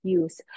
use